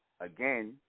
again